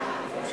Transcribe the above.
ואני מניח